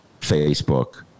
Facebook